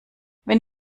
wenn